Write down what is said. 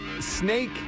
Snake